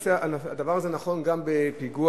הדבר הזה נכון גם בפיגוע,